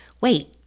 Wait